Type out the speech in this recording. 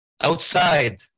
outside